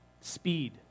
speed